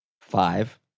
five